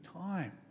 time